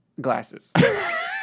glasses